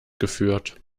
geführt